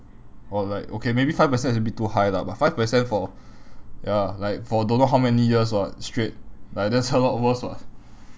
or like okay maybe five percent is a bit too high lah but five percent for ya like for don't know how many years [what] straight like that's a lot worse [what]